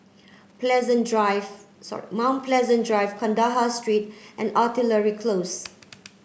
Pleasant Drive sorry mount Pleasant Drive Kandahar Street and Artillery Close